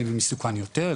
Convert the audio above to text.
למי מסוכן יותר,